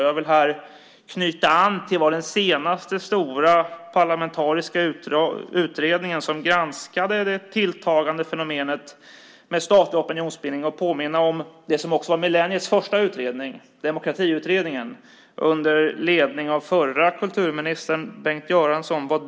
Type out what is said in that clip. Jag vill knyta an till den senaste stora parlamentariska utredningen som granskade det tilltagande fenomenet med statlig opinionsbildning, som också var millenniets första utredning, nämligen Demokratiutredningen under ledning av den tidigare kulturministern Bengt Göransson.